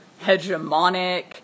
hegemonic